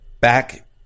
back